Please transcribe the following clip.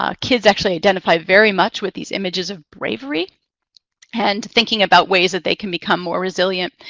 ah kids actually identify very much with these images of bravery and thinking about ways that they can become more resilient.